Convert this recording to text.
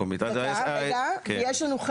כן, אז זה לא רשות מקומית.